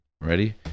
Ready